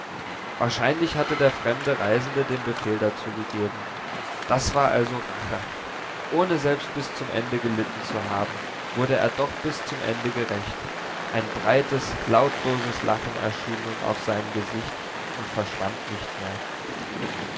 wahrscheinlich hatte der fremde reisende den befehl dazu gegeben das war also rache ohne selbst bis zum ende gelitten zu haben wurde er doch bis zum ende gerächt ein breites lautloses lachen erschien nun auf seinem gesicht und verschwand nicht mehr